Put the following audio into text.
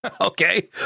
Okay